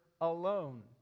alone